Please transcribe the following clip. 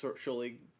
surely